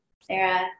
Sarah